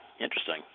interesting